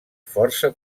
força